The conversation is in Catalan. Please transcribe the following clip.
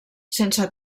sense